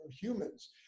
humans